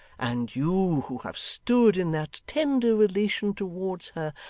and you, who have stood in that tender relation towards her,